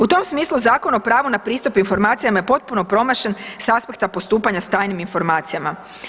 U tom smislu Zakon o pravu na pristup informacijama je potpuno promašen s aspekta postupanja s tajnim informacijama.